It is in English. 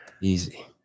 Easy